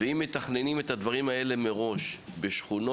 אם מתכננים את הדברים האלה מראש בשכונות,